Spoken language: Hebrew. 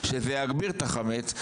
שזה יגביר את החמץ,